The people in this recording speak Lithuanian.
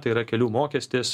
tai yra kelių mokestis